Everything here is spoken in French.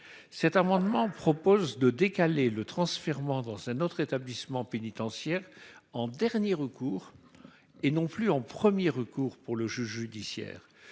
Il est proposé de décaler le transfèrement dans un autre établissement pénitentiaire en dernier recours, et non plus en premier recours pour le juge judiciaire.